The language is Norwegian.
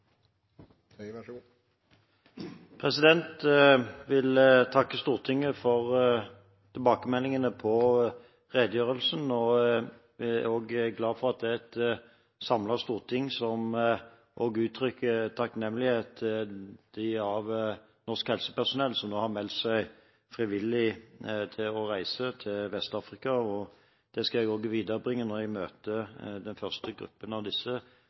jeg er glad for at det er et samlet storting som uttrykker takknemlighet overfor det norske helsepersonellet som har meldt seg frivillig til å reise til Vest-Afrika. Det skal jeg viderebringe når jeg møter den første gruppen av disse